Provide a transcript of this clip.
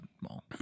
mall